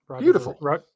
Beautiful